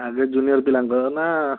ଆଗେ ଜୁନିୟର୍ ପିଲାଙ୍କର ନା